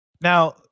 now